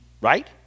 right